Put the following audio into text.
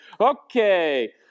okay